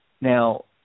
now